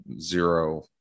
zero